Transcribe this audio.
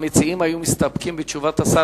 המציעים היו מסתפקים בתשובת השר,